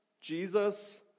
Jesus